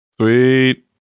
Sweet